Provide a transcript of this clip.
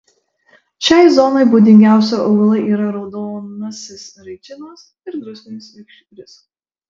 šiai zonai būdingiausi augalai yra raudonasis eraičinas ir druskinis vikšris